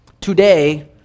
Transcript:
today